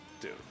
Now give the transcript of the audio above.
Dude